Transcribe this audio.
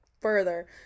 further